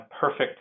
perfect